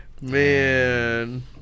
Man